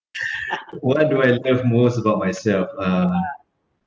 what do I love most about myself uh